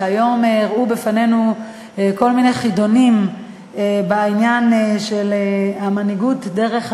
שהיום הראו לנו כל מיני חידונים בעניין המנהיגות דרך השטח,